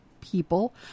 people